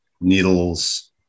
needles